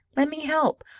let me help.